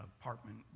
apartment